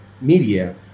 media